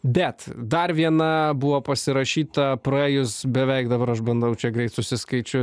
bet dar viena buvo pasirašyta praėjus beveik dabar aš bandau čia greit susiskaičiuoti